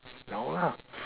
no lah